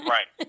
Right